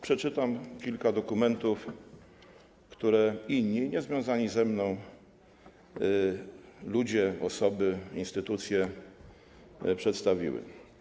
Przeczytam kilka dokumentów, które inni, niezwiązani ze mną ludzie, osoby, instytucje przedstawili.